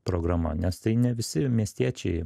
programa nes tai ne visi miestiečiai